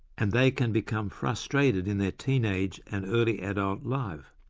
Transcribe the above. and they can become frustrated in their teenage and early adult life,